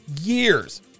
years